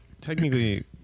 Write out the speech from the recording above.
technically